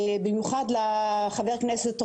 במיוחד לחבר הכנסת רוטמן.